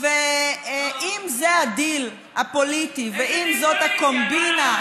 ואם זה הדיל הפוליטי ואם זאת הקומבינה,